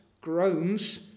groans